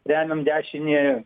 remiam dešinį